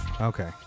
Okay